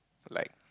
like